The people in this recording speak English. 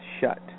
shut